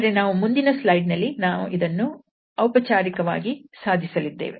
ಆದರೆ ನಾವು ಮುಂದಿನ ಸ್ಲೈಡ್ ನಲ್ಲಿ ಇದನ್ನು ಔಪಚಾರಿಕವಾಗಿ ಸಾಧಿಸಲಿದ್ದೇವೆ